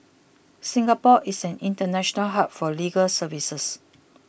Singapore is an international hub for legal services